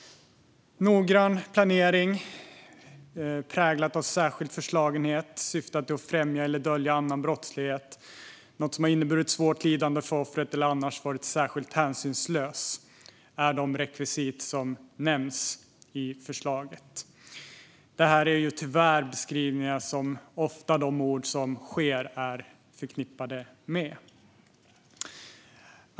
Noggrann planering, präglad av särskild förslagenhet, i syfte att främja eller dölja annan brottslighet, som har inneburit svårt lidande för offret eller annars varit särskilt hänsynslöst, är de rekvisit som nämns i förslaget. Det här är tyvärr beskrivningar som de mord som sker ofta är förknippade med.